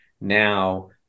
now